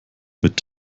mit